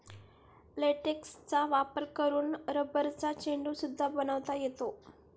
लेटेक्सचा वापर करून रबरचा चेंडू सुद्धा बनवता येतो